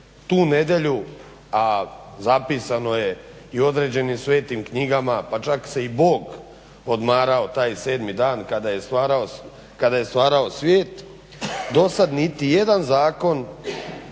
tu nedjelju, a zapisano je i u određenim svetim knjigama, pa čak se i Bog odmarao taj sedmi dan kada je stvarao svijet do sad niti jedan zakon